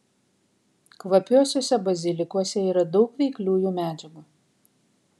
kvapiuosiuose bazilikuose yra daug veikliųjų medžiagų